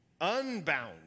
unbound